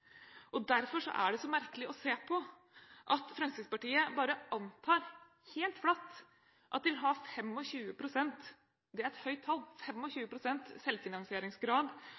er det merkelig å se at Fremskrittspartiet bare antar, helt flatt, at de vil ha 25 pst. – det er et høyt tall – selvfinansieringsgrad